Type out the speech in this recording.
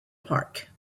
park